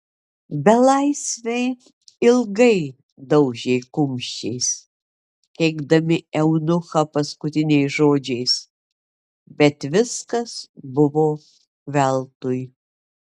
belaisviai ilgai daužė kumščiais keikdami eunuchą paskutiniais žodžiais bet viskas buvo veltui